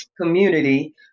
community